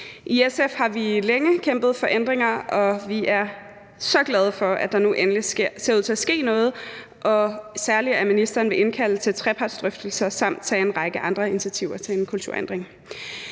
I SF har vi længe kæmpet for ændringer, og vi er så glade for, at der nu endelig ser ud til at ske noget, og særlig at ministeren vil indkalde til trepartsdrøftelser samt tage en række andre initiativer til en kulturændring.